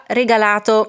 regalato